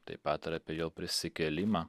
taip pat ir apie jo prisikėlimą